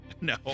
No